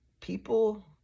people